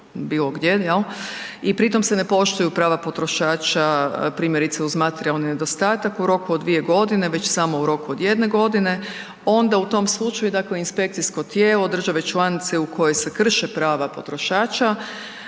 bilo gdje, i pri tom se ne poštuju prava potrošača, primjerice uz materijalni nedostatak u roku od dvije godine, već samo u roku od jedne godine onda u tom slučaju inspekcijsko tijelo države članice u kojoj se krše prava potrošača